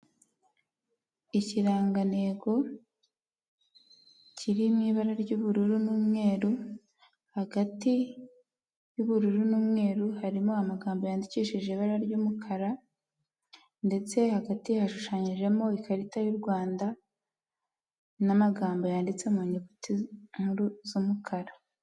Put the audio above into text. Ikirangantego kiri mu ibara ry'ubururu n'umweru, hagati y'ubururu n'umweru harimo amagambo yandikishije ibara ry'umukara, ndetse hagati Hashushanyijemo ikarita y'u rwanda n'amagambo yanditse mu nyuguti nkuru z'umukara.